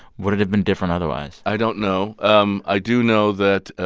would it have been different otherwise? i don't know. um i do know that